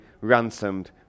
ransomed